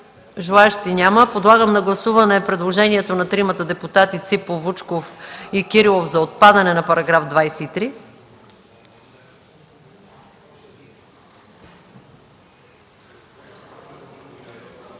желаещи. Подлагам на гласуване предложението на тримата депутати Ципов, Вучков и Кирилов за отпадане на § 23.